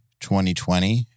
2020